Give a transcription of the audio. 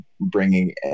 bringing